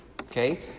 Okay